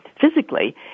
physically